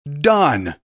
done